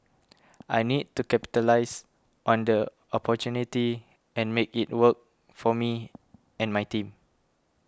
I need to capitalise on the opportunity and make it work for me and my team